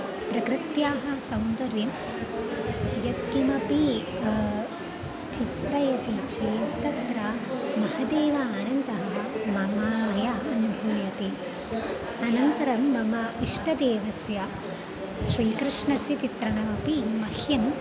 प्रकृत्याः सौन्दर्यं यत्किमपि चित्र्यते चेत् तत्र महदेव आनन्दः मम मया अनुभूयते अनन्तरं मम इष्टदेवस्य श्रीकृष्णस्य चित्रणमपि मह्यं